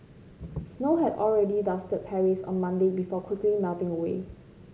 snow had already dusted Paris on Monday before quickly melting away